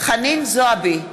חנין זועבי,